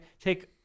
take